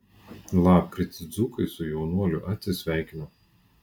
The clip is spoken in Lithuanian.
lapkritį dzūkai su jaunuoliu atsisveikino